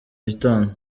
gitondo